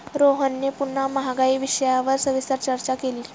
रोहनने पुन्हा महागाई विषयावर सविस्तर चर्चा केली